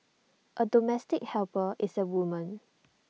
A domestic helper is A woman